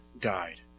died